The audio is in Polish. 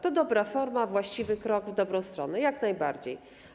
To dobra forma, właściwy krok w dobrą stronę, jak najbardziej.